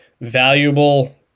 valuable